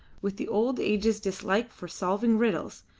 with the old age's dislike for solving riddles,